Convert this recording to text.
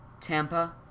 Tampa